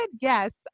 yes